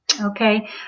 Okay